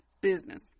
business